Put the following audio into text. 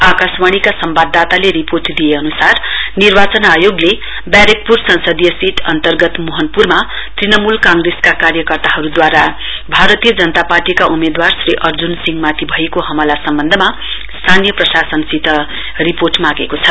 आकाशवाणीका संवाददाताले रिपोर्ट दिए अनुसार निर्वाचन आयोगले व्यारेकपूर संसदीय सीट अन्तर्गत मोहनपुरमा तृणमूल कांग्रेसका कार्यकर्ताहरूद्वारा भारतीय जनता पार्टीका उम्मेदवार श्रीअर्जुन सिंह माथि भएको हमला सम्बन्धमा स्थानीय प्रसाशनसित रिपोर्ट मागेको छ